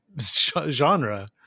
genre